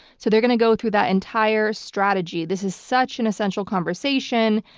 so they're going to go through that entire strategy. this is such an essential conversation.